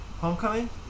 Homecoming